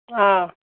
آ